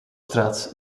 straat